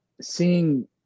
seeing